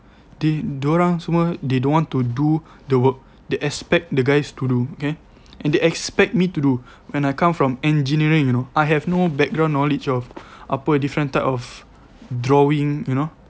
they diorang semua they don't want to do the work they expect the guys to do okay and they expect me to do when I come from engineering you know I have no background knowledge of apa different type of drawing you know